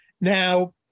Now